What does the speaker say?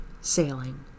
Sailing